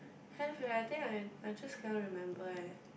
have eh I think I I just cannot remember eh